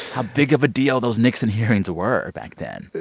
how big of a deal those nixon hearings were back then?